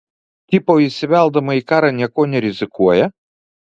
tipo įsiveldama į karą niekuo nerizikuoja